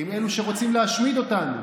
עם אלו שרוצים להשמיד אותנו.